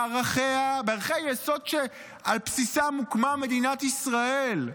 בערכי היסוד שעל בסיסם הוקמה מדינת ישראל.